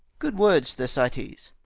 good words, thersites. achilles.